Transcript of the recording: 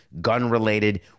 gun-related